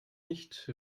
nicht